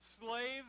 slaves